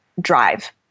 drive